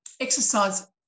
exercise